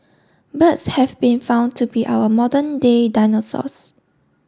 birds have been found to be our modern day dinosaurs